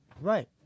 Right